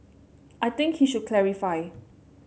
I think he should clarify